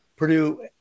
Purdue